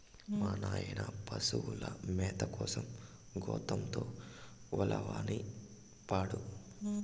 మా నాయన పశుల మేత కోసం గోతంతో ఉలవనిపినాడు